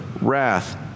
wrath